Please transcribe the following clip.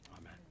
Amen